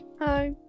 hi